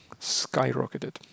skyrocketed